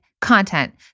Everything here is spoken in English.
Content